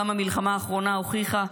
גם המלחמה האחרונה הוכיחה,